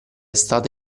stata